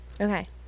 Okay